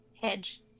hedge